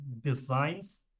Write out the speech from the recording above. designs